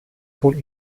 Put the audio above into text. von